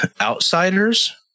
Outsiders